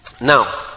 now